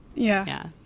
yeah.